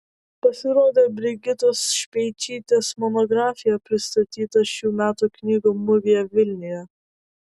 pasirodė brigitos speičytės monografija pristatyta šių metų knygų mugėje vilniuje